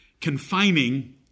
confining